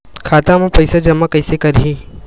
खाता म पईसा जमा कइसे करही?